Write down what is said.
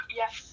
yes